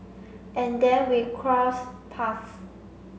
and then we cross paths